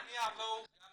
אבי מספין בבקשה.